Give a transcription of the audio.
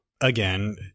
again